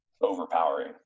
overpowering